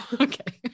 okay